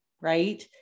right